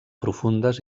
profundes